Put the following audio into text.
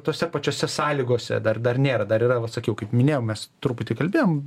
tose pačiose sąlygose dar dar nėra dar yra va sakiau kaip minėjom mes truputį kalbėjom